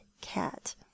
cat